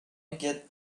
get